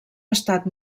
estat